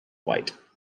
white